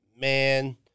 man